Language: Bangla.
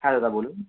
হ্যাঁ দাদা বলুন